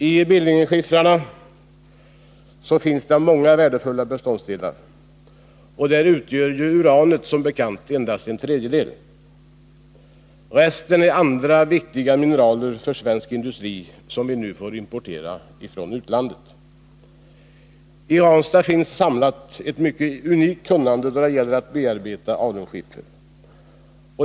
I Billingeskiffrarna finns många värdefulla beståndsdelar, där uranet som bekant utgör endast en tredjedel. Resten är andra, för svensk industri viktiga mineraler, som vi nu får importera från utlandet. I Ranstad finns samlat ett unikt kunnande då det gäller att bearbeta alunskiffer.